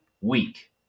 week